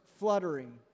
fluttering